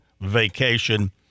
vacation